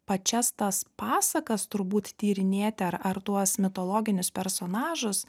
pačias tas pasakas turbūt tyrinėti ar ar tuos mitologinius personažus